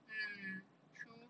mm true